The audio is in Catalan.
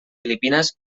filipines